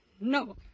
No